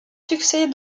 succès